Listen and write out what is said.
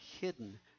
hidden